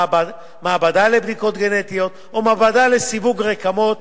מעבדה לבדיקות גנטיות או מעבדה לסיווג רקמות.